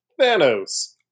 Thanos